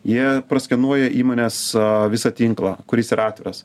jie praskenuoja įmonės visą tinklą kuris yra atviras